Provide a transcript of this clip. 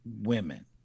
women